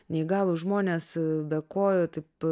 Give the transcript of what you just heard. neįgalūs žmonės be kojų taip